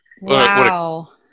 wow